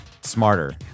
smarter